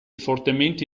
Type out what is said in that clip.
fortemente